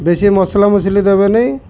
ବେଶୀ ମସଲାମସଲି ଦେବେନି